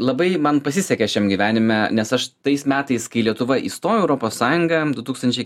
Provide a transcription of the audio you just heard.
labai man pasisekė šiam gyvenime nes aš tais metais kai lietuva įstojo į europos sąjungą du tūkstančiai